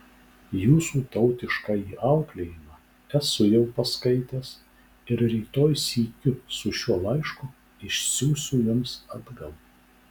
jūsų tautiškąjį auklėjimą esu jau paskaitęs ir rytoj sykiu su šiuo laišku išsiųsiu jums atgal